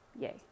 yay